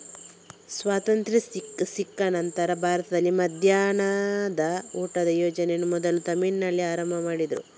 ಸ್ವಾತಂತ್ರ್ಯ ಸಿಕ್ಕ ನಂತ್ರ ಭಾರತದಲ್ಲಿ ಮಧ್ಯಾಹ್ನದ ಊಟದ ಯೋಜನೆಯನ್ನ ಮೊದಲು ತಮಿಳುನಾಡಿನಲ್ಲಿ ಆರಂಭ ಮಾಡಿದ್ರು